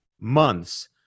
months